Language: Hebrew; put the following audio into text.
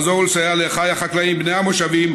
לעזור ולסייע לאחיי החקלאים בני המושבים,